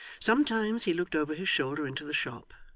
sometimes, he looked over his shoulder into the shop,